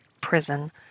prison